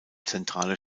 zentrale